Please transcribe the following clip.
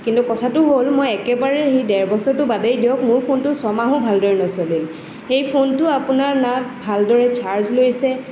কিন্তু কথাটো হ'ল মই একেবাৰে সেই ডেৰ বছৰটো বাদেই দিয়ক মোৰ ফোনটো ছয়মাহো ভালকৈ নচলিল সেই ফোনটো আপোনাৰ না ভালদৰে চাৰ্জ লৈছে